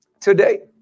Today